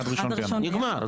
נגמר.